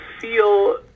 feel